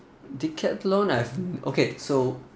Decathlon I okay so